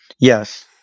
Yes